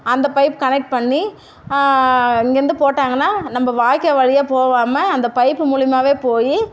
அந்த pipe connect பண்ணி இங்கேயிருந்து போட்டாங்கன்னால் நம்ம வாய்க்கால் வழியாக போகாம அந்த பைப்பு மூலிமாவே போய்